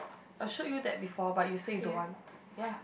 I showed you that before but you say you don't want ya